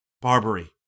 Barbary